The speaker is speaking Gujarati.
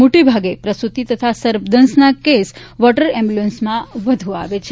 મોટા ભાગે પ્રસૂતિ તથા સર્પદંશના કેસ વોટર એમ્બ્યુલન્સમાં વ્ધુ આવે છે